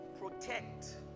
protect